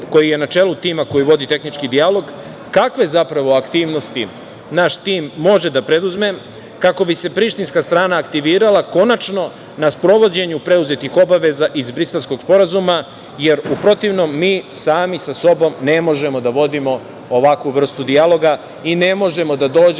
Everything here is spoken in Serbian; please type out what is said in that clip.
koji je na čelu tima koji vodi tehnički dijalog - kakve zapravo aktivnosti naš tim može da preduzme kako bi se prištinska strana aktivirala konačno na sprovođenju preuzetih obaveza iz Briselskog sporazuma, jer u protivnom mi sami sa sobom ne možemo da vodimo ovakvu vrstu dijaloga i ne možemo da dođemo